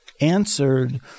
answered